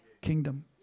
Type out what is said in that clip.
kingdom